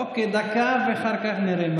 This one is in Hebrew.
אוקיי, דקה, ואחר כך נראה.